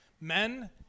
Men